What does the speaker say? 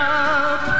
up